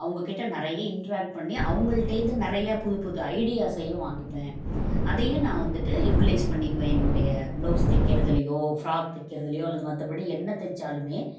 அவங்ககிட்ட நிறைய இன்ட்ராக்ட் பண்ணி அவங்கள்ட்டேந்து நிறைய புதுப் புது ஐடியாஸ்ஸையும் வாங்கிப்பேன் அதையும் நான் வந்துகிட்டு யுட்டிலைஸ் பண்ணிக்குவேன் என்னுடைய ப்ளவுஸ் தைக்கிறதிலியோ ஃப்ராக் தைக்கிறதிலியோ அல்லது மற்றபடி என்ன தைச்சாலுமே